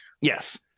yes